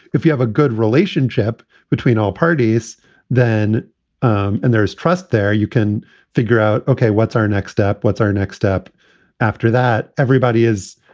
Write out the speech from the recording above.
if you have a good relationship between all parties then um and there, there's trust there. you can figure out, ok, what's our next step? what's our next step after that? everybody is,